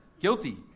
guilty